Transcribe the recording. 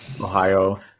Ohio